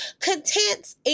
contents